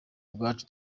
ubwacu